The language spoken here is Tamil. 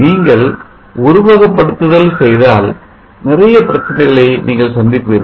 நீங்கள் உருவகப்படுத்துதல் செய்தால் நிறைய பிரச்சனைகளை நீங்கள் சந்திப்பீர்கள்